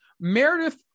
Meredith